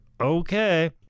Okay